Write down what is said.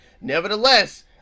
Nevertheless